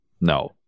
No